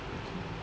okay